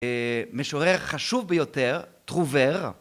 משורר חשוב ביותר, טרובר